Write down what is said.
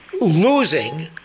losing